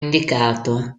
indicato